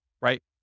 right